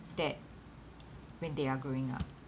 that when they are growing up